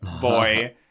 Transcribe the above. boy